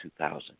2000